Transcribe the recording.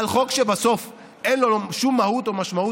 על חוק שבסוף אין לו שום מהות או משמעות